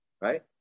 right